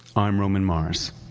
i'm roman mars